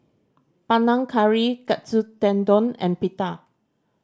Panang Curry Katsu Tendon and Pita